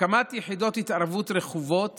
הקמת יחידות התערבות רכובות